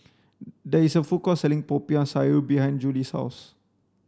there is a food court selling popiah sayur behind Juli's house